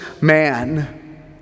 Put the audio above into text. man